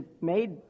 made